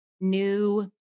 new